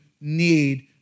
need